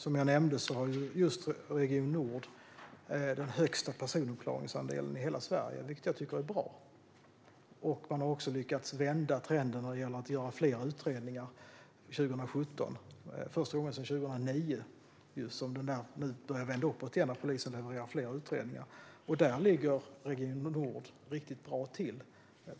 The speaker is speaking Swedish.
Som jag nämnde har just Region nord den högsta personuppklaringsandelen i hela Sverige, vilket jag tycker är bra. Man har också lyckats vända trenden när det gäller att göra fler utredningar 2017. Det är första gången sedan 2009 som det börjar vända uppåt igen. Polisen levererar fler utredningar. Där ligger Region nord riktigt bra till.